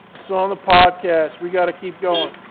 it's on the podcast. we got to keep going.